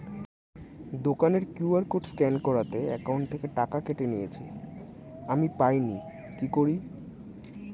দোকানের QR code scan করাতে account থেকে টাকা কেটে নিয়েছে, আমি পাইনি কি করি?